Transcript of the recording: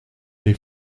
they